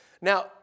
Now